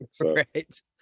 right